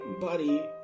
buddy